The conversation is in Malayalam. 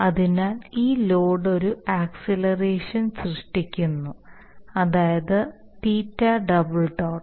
അതിനാൽ ഈ ലോഡ് ഒരു ആക്സെലറേഷൻ സൃഷ്ടിക്കുന്നു അതായത് θ ഡബൽ ഡോട്ട്